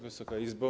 Wysoka Izbo!